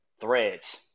threads